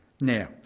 Now